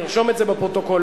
נרשום את זה בפרוטוקול,